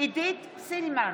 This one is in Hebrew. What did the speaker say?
עידית סילמן,